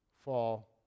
fall